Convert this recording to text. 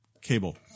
cable